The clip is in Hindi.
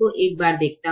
0 बार देखता हूं